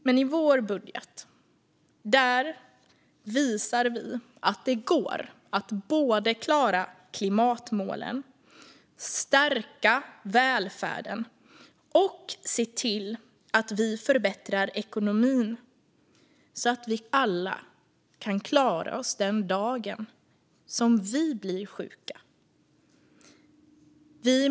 Ekonomisk trygghet vid sjukdom och funktions-nedsättning Miljöpartiets budget visar att det går att klara klimatmålen, stärka välfärden och förbättra ekonomin så att vi alla kan klara oss den dagen vi blir sjuka.